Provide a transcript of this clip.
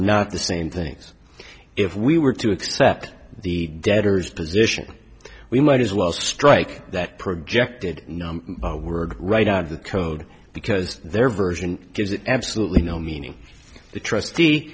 not the same things if we were to accept the debtors position we might as well strike that projected word right out of the code because their version gives it absolutely no meaning the trustee